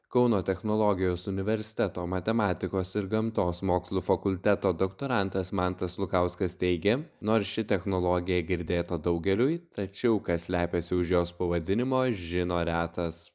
kauno technologijos universiteto matematikos ir gamtos mokslų fakulteto doktorantas mantas lukauskas teigė nors ši technologija girdėta daugeliui tačiau kas slepiasi už jos pavadinimo žino retas